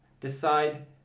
decide